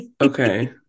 Okay